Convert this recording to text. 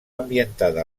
ambientada